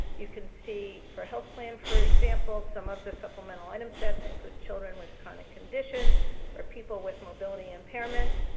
you can see for health plan, for example, some of the supplemental item sets include children with chronic conditions or people with mobility impairments.